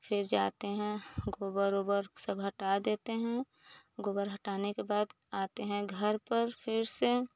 फिर जाते हैं हम गोबर वोबर सब हटा देते हैं गोबर हटाने के बाद आते हैं घर पर फिर से